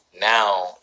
now